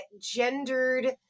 gendered